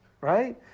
right